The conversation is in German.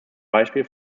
beispiel